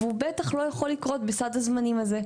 והוא בטח לא יכול לקרות בסד הזמנים הזה.